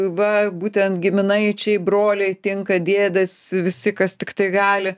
va būtent giminaičiai broliai tinka dėdės visi kas tiktai gali